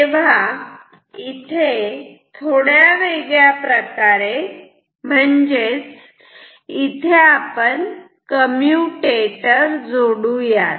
तेव्हा हे थोड्या वेगळ्या प्रकारे म्हणजे इथे आपण कम्प्युटेटर जोडू यात